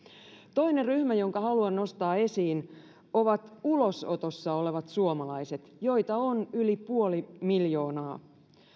toinen ryhmä jonka haluan nostaa esiin ovat ulosotossa olevat suomalaiset joita on yli puoli miljoonaa